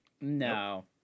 No